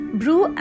brew